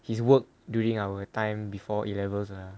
he's work during our time before A levels ah